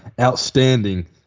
outstanding